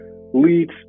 leads